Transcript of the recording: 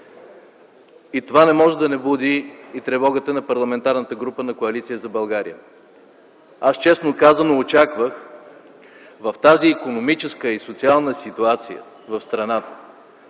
Това не може да не буди тревога в Парламентарната група на Коалиция за България. Аз, честно казано, очаквах в тази икономическа и социална ситуация в страната,